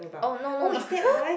oh no no no